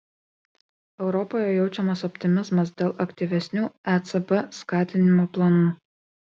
europoje jaučiamas optimizmas dėl aktyvesnių ecb skatinimo planų